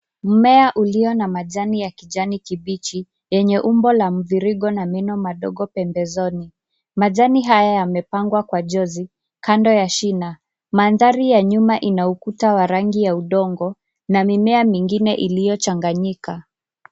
Mmea uliyo na majani ya kijani kibichi yenye umbo la mviringo na meno madogo pembezoni. Majani haya yamepangwa kwa jozi, kando ya shina. Mandhari ya nyuma ina ukuta wa rangi ya udongo na mimea mingine iliyochanganyika.